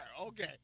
Okay